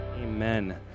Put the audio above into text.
Amen